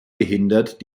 gehindert